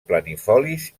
planifolis